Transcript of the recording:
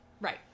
Right